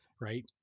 right